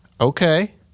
okay